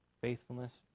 faithfulness